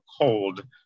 cold